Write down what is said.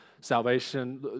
salvation